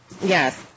Yes